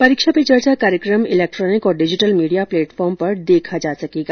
परीक्षा पे चर्चा कार्यक्रम इलेक्ट्रोनिक और डिजिटल मीडिया प्लेटफोर्म पर देखा जा सकता है